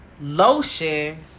lotion